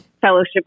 fellowship